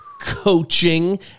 coaching